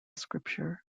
scripture